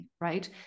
right